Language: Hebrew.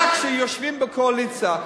רק כשיושבים בקואליציה,